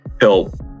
help